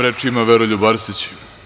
Reč ima Veroljub Arsić.